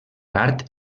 art